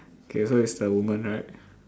okay so is the woman right